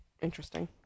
interesting